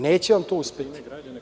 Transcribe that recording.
Neće vam to uspeti.